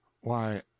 Why